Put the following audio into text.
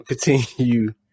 Continue